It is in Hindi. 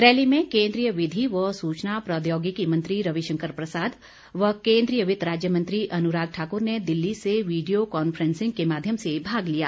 रैली में केन्द्रीय विधि व सूचना प्रौद्योगिकी मंत्री रविशंकर प्रसाद व केन्द्रीय वित्त राज्य मंत्री अनुराग ठाकुर ने दिल्ली से वीडियो कॉन्फ्रेंसिंग के माध्यम से भाग लिया